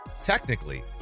Technically